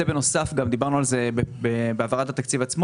זה בנוסף - דיברנו על זה בהעברת התקציב עצמו